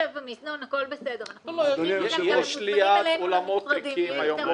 דובר עם חבר הכנסת חאג' יחיא,